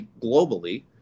globally